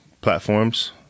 platforms